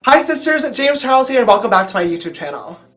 hi sisters! james charles here and welcome back to my youtube channel.